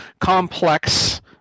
complex